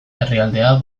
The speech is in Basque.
herrialdea